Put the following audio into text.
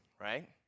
right